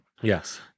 Yes